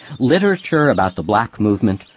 literature about the black movement,